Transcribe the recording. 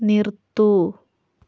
നിർത്തൂ